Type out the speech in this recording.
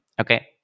Okay